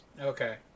Okay